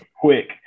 quick